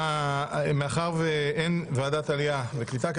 מאחר שאין ועדת העלייה והקליטה,